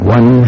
One